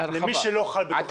למי שלא חל בתוך ההסדר הזה.